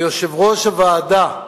ליושב-ראש הוועדה,